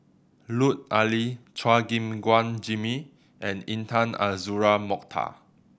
Lut Ali Chua Gim Guan Jimmy and Intan Azura Mokhtar